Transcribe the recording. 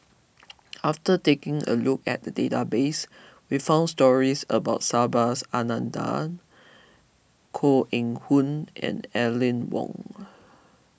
after taking a look at the database we found stories about Subhas Anandan Koh Eng Hoon and Aline Wong